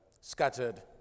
scattered